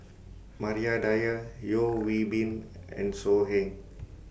Maria Dyer Yeo Hwee Bin and So Heng